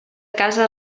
casa